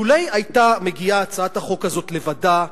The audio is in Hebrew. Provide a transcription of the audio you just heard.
לו היתה הצעת החוק הזאת מגיעה לבדה,